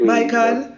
Michael